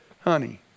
honey